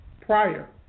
prior